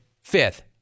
fifth